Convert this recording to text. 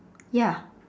ya